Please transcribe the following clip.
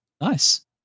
Nice